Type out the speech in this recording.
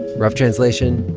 rough translation,